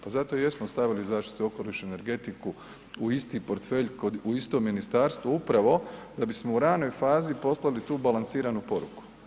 Pa zato i jesmo stavili zaštitu okoliša i energetiku u isti portfelj, u isto ministarstvu, upravo da bismo u ranoj fazi poslali tu balansiranu poruku.